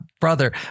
brother